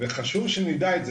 וחשוב שנדע את זה.